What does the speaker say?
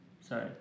sorry